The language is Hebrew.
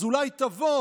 אז אולי תבוא